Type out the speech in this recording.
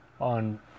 on